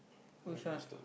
which one